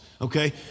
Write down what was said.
Okay